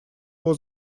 его